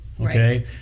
okay